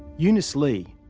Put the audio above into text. eunice lee,